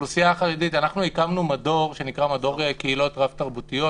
באוכלוסייה החרדית הקמנו מדור שנקרא "מדור קהילות רב-תרבותיות",